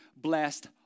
blessed